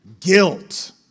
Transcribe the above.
guilt